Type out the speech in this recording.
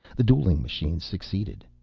the dueling machines succeeded.